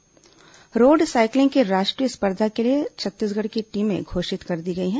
cycling स्पर्धा road cycling की राष्ट्रीय स्पर्धा के लिए छत्तीसगढ़ की टीमें घोषित कर दी गई हैं